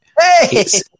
Hey